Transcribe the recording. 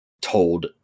told